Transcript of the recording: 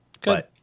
Good